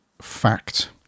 Fact